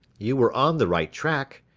you were on the right track.